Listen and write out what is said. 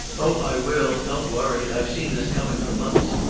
oh, i will. don't worry. i've seen this coming for months.